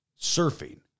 surfing